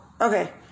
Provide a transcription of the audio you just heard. Okay